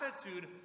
attitude